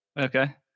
Okay